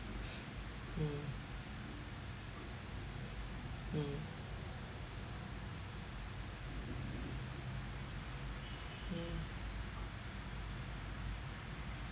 mm mm mm